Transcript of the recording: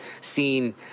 seen